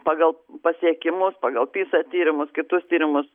pagal pasiekimus pagal pisa tyrimus kitus tyrimus